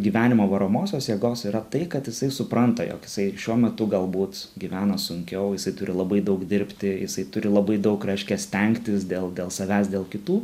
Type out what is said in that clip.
gyvenimo varomosios jėgos yra tai kad jisai supranta jog jisai šiuo metu galbūt gyvena sunkiau jisai turi labai daug dirbti jisai turi labai daug reiškia stengtis dėl dėl savęs dėl kitų